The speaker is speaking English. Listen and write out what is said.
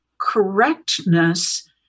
correctness